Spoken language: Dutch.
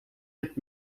hebt